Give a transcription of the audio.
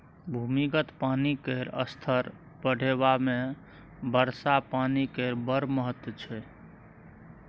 भूमिगत पानि केर स्तर बढ़ेबामे वर्षा पानि केर बड़ महत्त्व छै